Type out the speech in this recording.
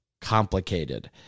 complicated